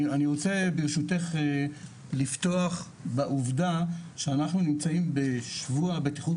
אני רוצה ברשותך לפתוח בעובדה שאנחנו נמצאים בשבוע הבטיחות